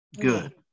Good